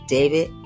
David